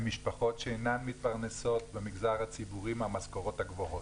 משפחות שאינן מתפרנסות במגזר הציבורי מהמשכורות הגבוהות.